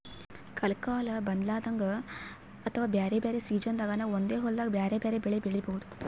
ಕಲ್ಕಾಲ್ ಬದ್ಲಾದಂಗ್ ಅಥವಾ ಬ್ಯಾರೆ ಬ್ಯಾರೆ ಸಿಜನ್ದಾಗ್ ನಾವ್ ಒಂದೇ ಹೊಲ್ದಾಗ್ ಬ್ಯಾರೆ ಬ್ಯಾರೆ ಬೆಳಿ ಬೆಳಿಬಹುದ್